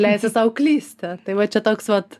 leisti sau klysti tai va čia toks vat